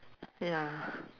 ya